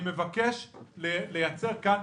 אני מבקש לייצר כאן,